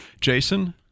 Jason